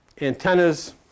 antennas